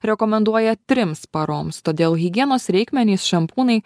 rekomenduoja trims paroms todėl higienos reikmenys šampūnai